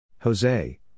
Jose